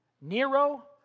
Nero